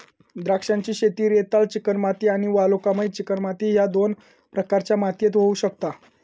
द्राक्षांची शेती रेताळ चिकणमाती आणि वालुकामय चिकणमाती ह्य दोन प्रकारच्या मातीयेत होऊ शकता